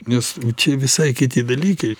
nes čia visai kiti dalykai